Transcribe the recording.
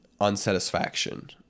unsatisfaction